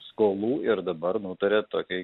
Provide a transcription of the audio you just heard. skolų ir dabar nutarė tokiai